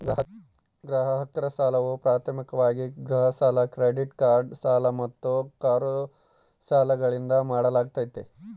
ಗ್ರಾಹಕರ ಸಾಲವು ಪ್ರಾಥಮಿಕವಾಗಿ ಗೃಹ ಸಾಲ ಕ್ರೆಡಿಟ್ ಕಾರ್ಡ್ ಸಾಲ ಮತ್ತು ಕಾರು ಸಾಲಗಳಿಂದ ಮಾಡಲಾಗ್ತೈತಿ